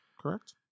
correct